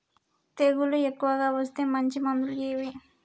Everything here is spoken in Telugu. తెగులు ఎక్కువగా వస్తే మంచి మందులు ఏవి?